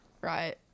right